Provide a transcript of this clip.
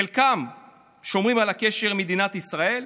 חלקם שומרים על הקשר עם מדינת ישראל,